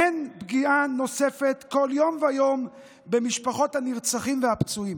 הם פגיעה נוספת כל יום ויום במשפחות הנרצחים והפצועים.